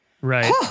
right